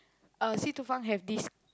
uh Si Tu Feng have this